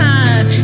time